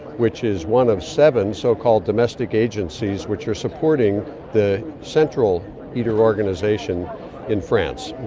which is one of seven so-called domestic agencies which are supporting the central iter organisation in france.